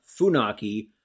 Funaki